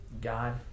God